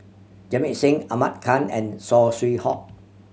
Jamit Singh Ahmad Khan and Saw Swee Hock